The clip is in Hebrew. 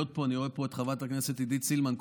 אני רואה פה את חברת הכנסת עידית סילמן,